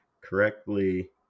correctly